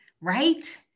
right